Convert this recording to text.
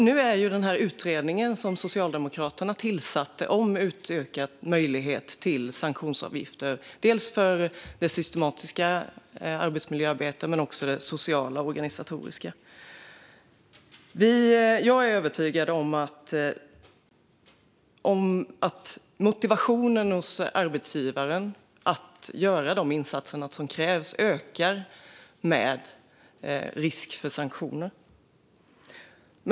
Nu är utredningen som Socialdemokraterna tillsatte klar om utökad möjlighet till sanktionsavgifter för det systematiska arbetsmiljöarbetet och också det sociala och organisatoriska. Jag är övertygad om att motivationen hos arbetsgivaren att göra de insatser som krävs ökar med risk för sanktioner.